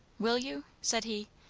will you? said he.